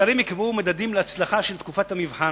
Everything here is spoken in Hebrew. השרים יקבעו מדדים להצלחה של תקופת המבחן,